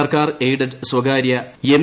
സർക്കാർ എയ്ഡഡ് സ്വകാര്യ എം